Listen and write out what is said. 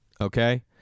okay